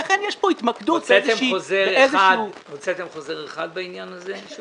ולכן יש פה התמקדות -- הוצאתם חוזר אחד בעניין הזה?